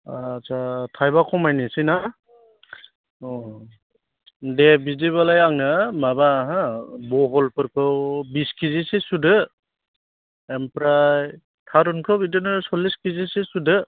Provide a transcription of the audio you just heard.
आट्चा थाइबा खमायनोसै ना औ दे बिदिबालाय आंनो माबा हो बहलफोरखौ बिस केजिसो सुदो ओमफ्राय थारुनखौ बिदिनो सल्लिस केजिसो सुदो